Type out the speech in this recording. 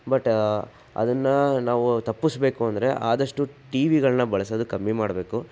but ಅದನ್ನು ನಾವು ತಪ್ಪಿಸ್ಬೇಕು ಅಂದರೆ ಆದಷ್ಟು ಟಿ ವಿಗಳನ್ನು ಬಳಸೋದು ಕಮ್ಮಿ ಮಾಡ್ಬೇಕು